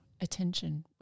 attention